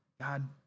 God